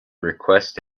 request